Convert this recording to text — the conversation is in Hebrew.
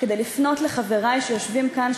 כדי לפנות לחברי שיושבים כאן,